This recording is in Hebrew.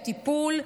הטיפול,